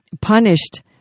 punished